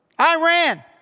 Iran